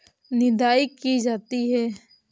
निदाई की जाती है?